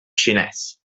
xinès